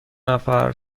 نفر